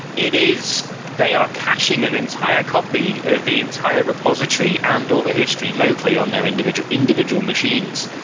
it is they are caching an entire copy of the entire repository and all the history locally on their individual individual machines.